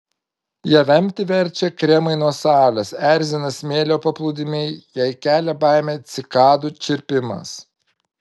ją vemti verčia kremai nuo saulės erzina smėlio paplūdimiai jai kelia baimę cikadų čirpimas